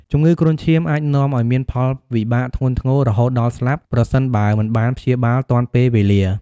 ជំងឺគ្រុនឈាមអាចនាំឱ្យមានផលវិបាកធ្ងន់ធ្ងរ រហូតដល់ស្លាប់ប្រសិនបើមិនបានព្យាបាលទាន់ពេលវេលា។